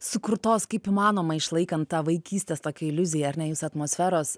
sukurtos kaip įmanoma išlaikant tą vaikystės tokią iliuziją ar ne jūsų atmosferos